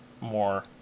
more